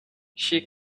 she